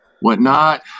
whatnot